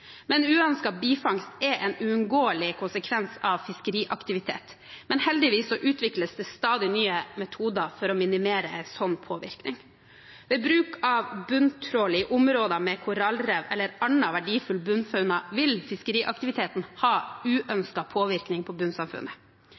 Men uønsket bifangst er en uunngåelig konsekvens av fiskeriaktivitet. Heldigvis utvikles det stadig nye metoder for å minimere en slik påvirkning. Ved bruk av bunntrål i områder med korallrev eller annen verdifull bunnfauna vil fiskeriaktiviteten ha uønsket påvirkning på bunnsamfunnet.